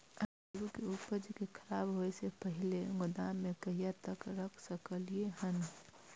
आलु के उपज के खराब होय से पहिले गोदाम में कहिया तक रख सकलिये हन?